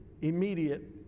immediate